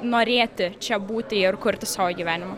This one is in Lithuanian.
norėti čia būti ir kurti savo gyvenimą